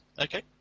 okay